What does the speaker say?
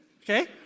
okay